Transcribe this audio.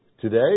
today